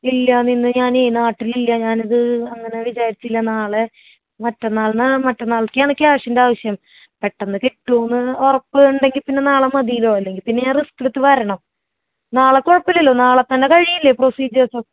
ഇല്ല ഇന്ന് ഞാനേ നാട്ടിലില്ല ഞാനത് അങ്ങനെ വിചാരിച്ചില്ല നാളെ മറ്റന്നാളിനാണ് മറ്റന്നാളേക്കാണ് ക്യാഷിൻ്റെ ആവശ്യം പെട്ടെന്ന് കിട്ടുമെന്ന് ഉറപ്പുണ്ടെങ്കിൽപ്പിന്നെ നാളെ മതീല്ലോ അല്ലെങ്കിൽപ്പിന്നെ ഞാൻ റിസ്ക് എടുത്ത് വരണം നാളെ കുഴപ്പമില്ലല്ലോ നാളെത്തന്നെ കഴിയില്ലേ പ്രൊസീജർസൊ